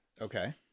Okay